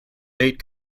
date